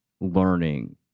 learning